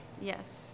Yes